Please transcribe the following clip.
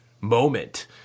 moment